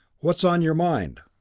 what's on your mind?